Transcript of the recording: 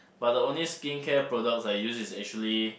but the only skincare product I use is actually